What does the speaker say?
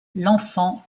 l’enfant